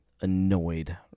annoyed